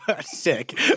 sick